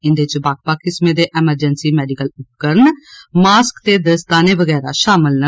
इंदे च बक्ख बक्ख किस्मै दे एमरजेन्सी मैडिकल उपकरण मास्क ते दस्ताने वगैरा शामल न